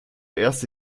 erste